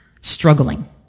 struggling